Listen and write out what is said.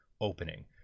opening